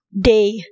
day